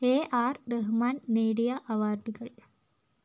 A R Rahman നേടിയ അവാർഡുകൾ